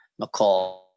McCall